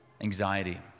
anxiety